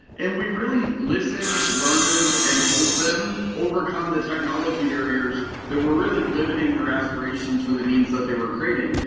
and we really listened, learned, and helped them overcome the technology barriers that were really limiting their aspirations for the games that they were creating.